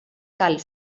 cal